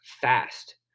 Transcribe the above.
fast